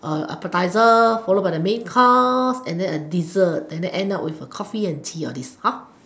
appetizer follow by the main course and then a dessert then end up with a coffee or tea or this